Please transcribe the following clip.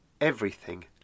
Everything